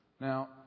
Now